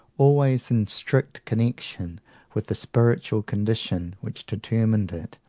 always in strict connexion with the spiritual condition which determined it,